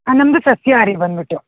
ನಮ್ಮದು ಸಸ್ಯಾಹಾರಿ ಬಂದುಬಿಟ್ಟು